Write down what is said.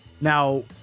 Now